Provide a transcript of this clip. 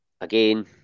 Again